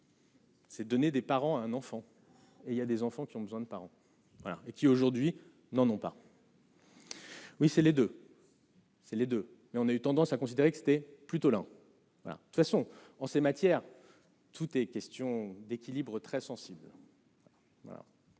Ces données des parents un enfant et il y a des enfants qui ont besoin de parents voilà et qui aujourd'hui n'en ont pas. Oui, c'est les 2, c'est les 2 et on a eu tendance à considérer que c'était plutôt lent voilà de toute façon en ces matières, tout est question d'équilibre très sensé.